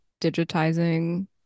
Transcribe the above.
digitizing